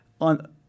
on